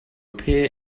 appear